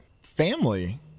family